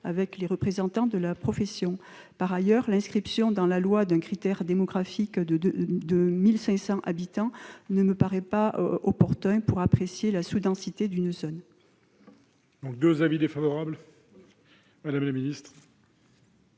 avec les représentants de la profession. Par ailleurs, l'inscription dans la loi d'un critère démographique de 1 500 habitants ne me paraît pas opportune pour apprécier la sous-densité d'une zone.